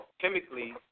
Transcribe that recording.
chemically